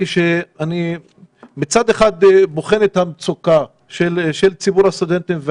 כך שאני מבין שאין עדיין הסכמה על הפרטים.